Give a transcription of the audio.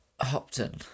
Hopton